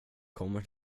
kommer